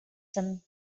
some